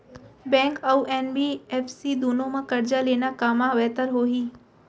Bank अऊ NBFC दूनो मा करजा लेना कामा बेहतर होही?